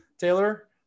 taylor